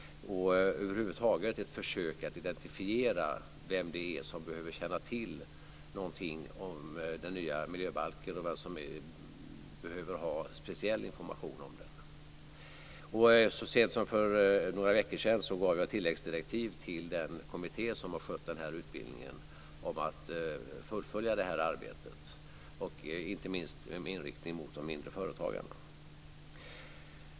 Över huvud taget handlar det om ett försök att identifiera vem det är som behöver känna till något om den nya miljöbalken och vem som behöver ha speciell information om den. Så sent som för några veckor sedan gav jag den kommitté som skött den här utbildningen tilläggsdirektiv om att fullfölja detta arbete, inte minst med inriktning på de mindre företagarna.